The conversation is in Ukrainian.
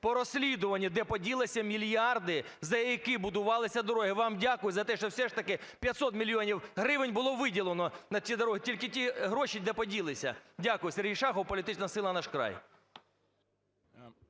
по розслідуванню, де поділися мільярди, за які будувалися дороги. Вам дякую за те, що все ж таки 500 мільйонів гривень було виділено на ці дороги. Тільки ті гроші де поділися? Дякую. Сергій Шахов, політична сила "Наш край".